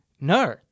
no